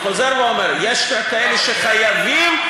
אני חוזר ואומר: יש כאלה שחייבים,